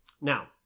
Now